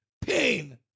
pain